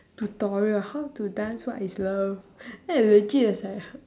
tutorial how to dance what is love then I legit is like